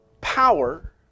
power